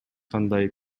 кандай